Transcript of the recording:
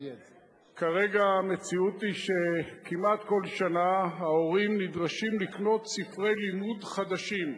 כרגע המציאות היא שכמעט כל שנה ההורים נדרשים לקנות ספרי לימוד חדשים.